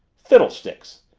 fiddlesticks!